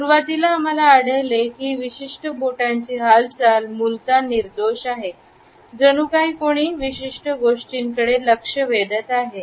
सुरुवातीला आम्हाला आढळले की ही विशिष्ट बोटाची हालचाल मूलतः निर्दोष आहे जणू काही कोणी विशिष्ट गोष्टींकडे लक्ष वेधत आहे